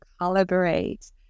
collaborate